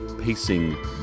pacing